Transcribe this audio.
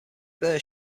there